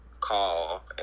call